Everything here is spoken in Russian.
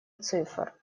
цифр